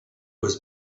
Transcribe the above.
was